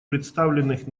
представленных